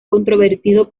controvertido